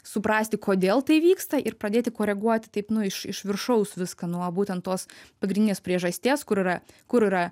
suprasti kodėl tai vyksta ir pradėti koreguoti nu iš iš viršaus viską nuo būten tos pagrindinės priežasties kur yra kur yra